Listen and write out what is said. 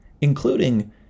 including